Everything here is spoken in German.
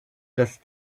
das